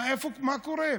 מה קורה פה?